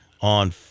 on